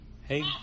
Hey